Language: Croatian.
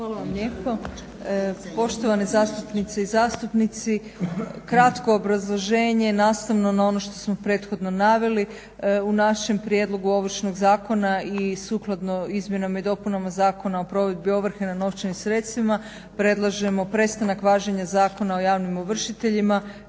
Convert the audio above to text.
Hvala vam lijepo. Poštovane zastupnice i zastupnici. Kratko obrazloženje, nastavno na ono što smo prethodno naveli. U našem Prijedlogu ovršnog zakona i sukladno izmjenama i dopunama Zakona o provedbi ovrhe na novčanim sredstvima predlažemo prestanak važenja Zakona o javnim ovršiteljima